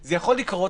זה יכול לקרות